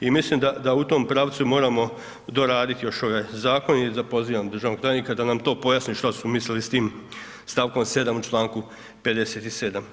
I mislim da u tom pravcu moramo doraditi još ovaj Zakon i eto pozivam državnom tajnika da nam to pojasni što su mislili s tim stavkom 7. u članku 57.